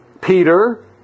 Peter